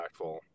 impactful